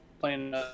playing